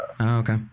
Okay